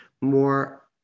more